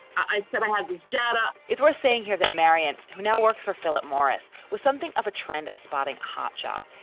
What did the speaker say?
i said, i have this data. it's worth saying here that marianne, who now works for philip morris, was something of a trend spotting hot shot.